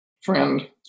friend